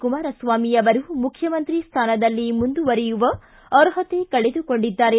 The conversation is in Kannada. ಕುಮಾರಸ್ವಾಮಿ ಅವರು ಮುಖ್ಯಮಂತ್ರಿ ಸ್ಥಾನದಲ್ಲಿ ಮುಂದುವರೆಯುವ ಅರ್ಹತೆ ಕಳೆದುಕೊಂಡಿದ್ದಾರೆ